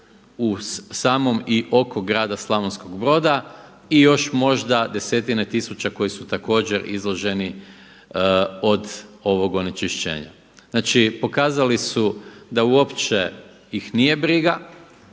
u samom i oko grada Slavonskog Broda i još možda desetine tisuća koji su također izloženi od ovog onečišćenja. Znači pokazali su da uopće ih nije briga,